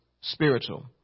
spiritual